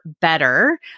better